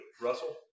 Russell